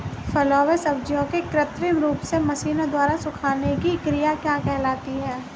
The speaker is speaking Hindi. फलों एवं सब्जियों के कृत्रिम रूप से मशीनों द्वारा सुखाने की क्रिया क्या कहलाती है?